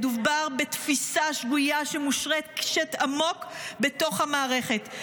מדובר בתפיסה שגויה שמושרשת עמוק בתוך המערכת.